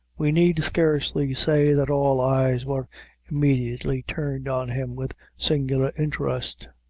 we need scarcely say that all eyes were immediately turned on him with singular interest.